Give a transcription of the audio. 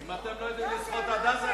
תודה.